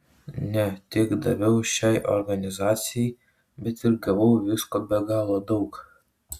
ne tik daviau šiai organizacijai bet ir gavau visko be galo daug